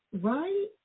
Right